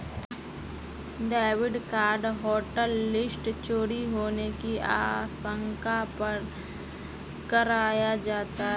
debit card hotlist चोरी होने की आशंका पर कराया जाता है